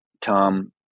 Tom